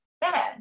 bad